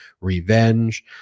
Revenge